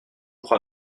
crois